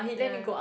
ya